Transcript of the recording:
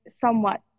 somewhat